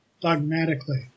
dogmatically